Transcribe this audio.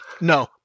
No